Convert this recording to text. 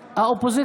אוחנה,